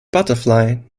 butterfly